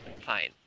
fine